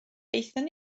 aethon